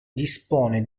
dispone